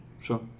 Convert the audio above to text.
Sure